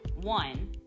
one